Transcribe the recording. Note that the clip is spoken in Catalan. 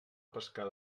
pescar